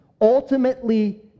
ultimately